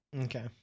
okay